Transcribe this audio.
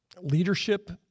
leadership